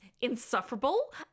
insufferable